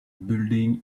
building